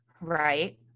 right